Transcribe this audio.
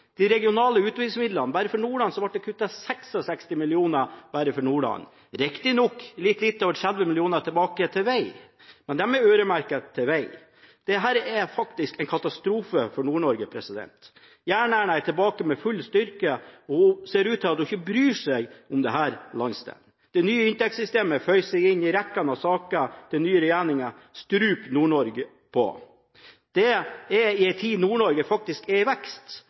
de regionale utviklingsmidlene ble det kuttet 66 mill. kr bare for Nordland. Riktignok gikk litt over 30 mill. kr tilbake til veg, men de er øremerket veg. Dette er faktisk en katastrofe for Nord-Norge. Jern-Erna er tilbake med full styrke, og det ser ut til at hun ikke bryr seg om denne landsdelen. Det nye inntektssystemet føyer seg inn i rekken av saker der den nye regjeringen struper Nord-Norge. Det er i en tid da Nord-Norge faktisk er i vekst